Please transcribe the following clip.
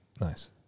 Nice